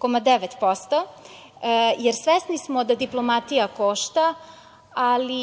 15,9% jer svesni smo da diplomatija košta, ali